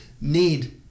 need